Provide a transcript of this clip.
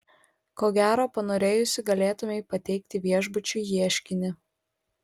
ko gero panorėjusi galėtumei pateikti viešbučiui ieškinį